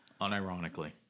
Unironically